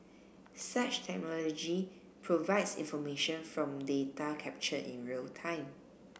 such technology provides information from data captured in real time